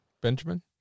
Benjamin